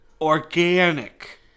organic